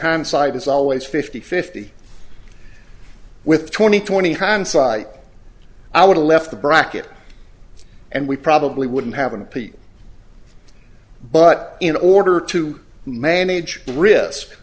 hindsight is always fifty fifty with twenty twenty hindsight i would have left the bracket and we probably wouldn't have and pete but in order to manage ris